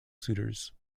suitors